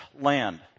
land